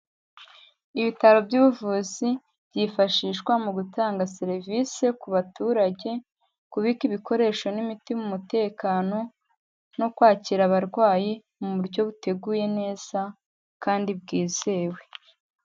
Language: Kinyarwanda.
Ibitaro by'ubuvuzi byifashishwa mu gutanga serivise ku baturage, kubika ibikoresho n'imiti mu mutekano, no kwakira abarwayi mu buryo buteguye neza kandi bwizewe.